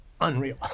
unreal